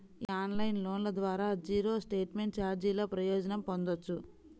ఈ ఆన్లైన్ లోన్ల ద్వారా జీరో స్టేట్మెంట్ ఛార్జీల ప్రయోజనం పొందొచ్చు